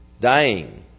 dying